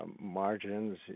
margins